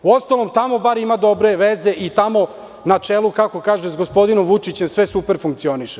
Uostalom, tamo bar ima dobre veze i tamo na čelu, kako kaže, sa gospodinom Vučićem sve super funkcioniše.